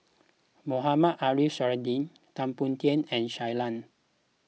Mohamed Ariff Suradi Tan Boon Teik and Shui Lan